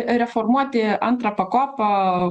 reformuoti antrą pakopą